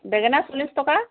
বেঙেনা চল্লিছ টকা